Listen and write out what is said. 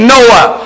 Noah